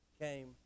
came